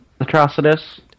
Atrocitus